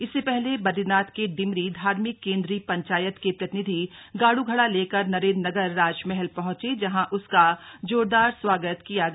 इससे पहले बदरीनाथ के डिमरी धार्मिक केंद्रीय पंचायत के प्रतिनिधि गाड़ घड़ा लेकर नरेंद्रनगर राज महल पहंचे जहां उसका जोरदार स्वागत किया गया